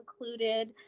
included